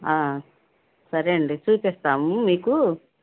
సరే అండి చూపిస్తాము మీకు